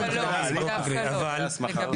לגבי ההסמכה.